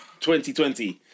2020